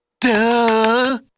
Duh